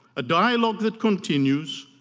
a dialogue that continues